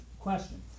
question